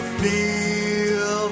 feel